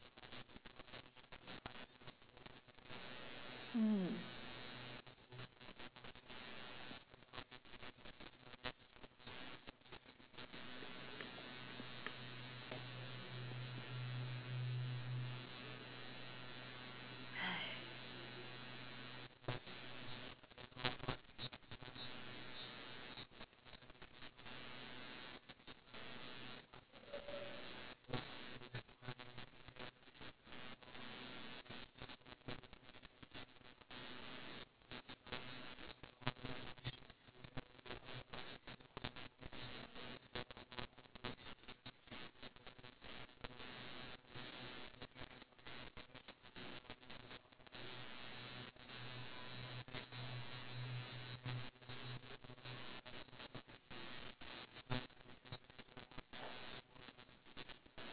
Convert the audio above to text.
mm